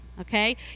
okay